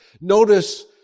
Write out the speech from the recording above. Notice